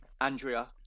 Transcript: Andrea